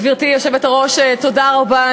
גברתי היושבת-ראש, תודה רבה.